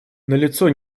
налицо